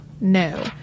No